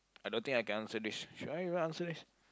I don't think I can answer this should I even answer this